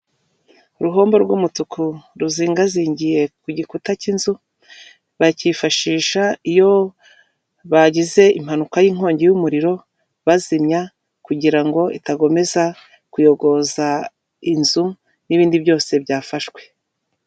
Uruhombo rw'umutuku ruzingazingiye ku gikuta cy'inzu bakifashisha iyo bagize impanuka y'inkongi yumuriro, bazimya kugira ngo idakomeza kuyogoza inzu n'ibindi byose byafashwe.